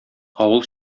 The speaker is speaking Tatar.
авыл